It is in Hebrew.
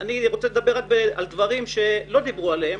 אני רוצה לדבר רק על דברים שלא דיברו עליהם,